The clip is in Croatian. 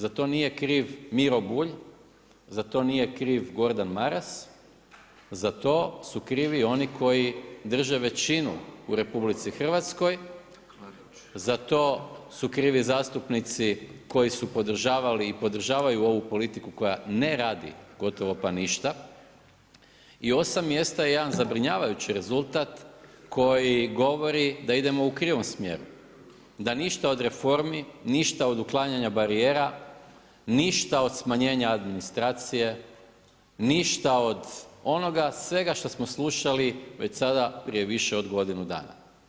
Za to nije kriv Miro Bulj, za to nije kriv Gordan Maras za to su krivi oni koji drže većinu u RH, za to su krivi zastupnici koji su podržavali i koji podržavaju ovu politiku koja ne radi gotovo pa ništa i 8 mjesta je jedan zabrinjavajući rezultat koji govori da idemo u krivom smjeru, da ništa od reformi, ništa od uklanjanja barijera, ništa od smanjenja administracije, ništa od onoga svega što smo slušali već sada prije više od godinu dana.